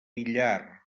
villar